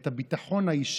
את הביטחון האישי,